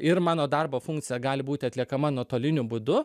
ir mano darbo funkcija gali būti atliekama nuotoliniu būdu